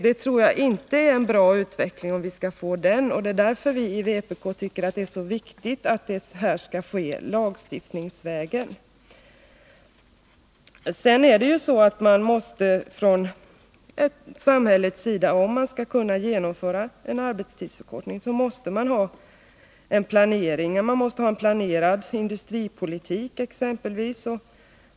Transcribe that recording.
Det vore inte en bra utveckling, och det är därför som vi i vpk tycker att det är så viktigt att den här reformen sker lagstiftningsvägen. Om man skall genomföra en arbetstidsförkortning måste man ha en planering från samhällets sida. Man måste ha en planerad industripolitik exempelvis.